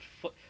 foot